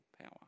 power